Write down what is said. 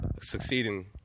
succeeding